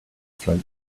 float